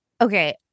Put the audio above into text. Okay